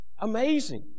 Amazing